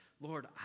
Lord